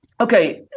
Okay